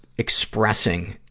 expressing,